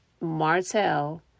Martel